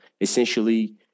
essentially